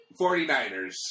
49ers